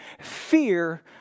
fear